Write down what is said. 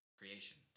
creation